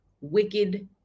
wicked